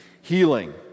healing